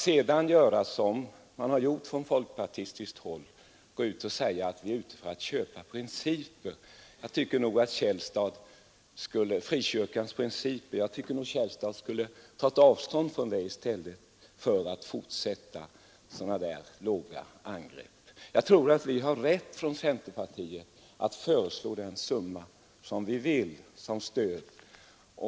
Sedan går man ut från folkpartistiskt håll och säger att vi är ute för att köpa frikyrkans principer. Jag tycker nog att herr Källstad skulle ha tagit avstånd från detta i stället för att fortsätta med sådana angrepp. Jag tror att vi har rätt att från centerpartiet föreslå den summa vi vill som stöd.